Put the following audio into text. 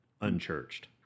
unchurched